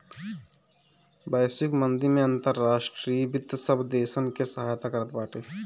वैश्विक मंदी में अंतर्राष्ट्रीय वित्त सब देसन के सहायता करत बाटे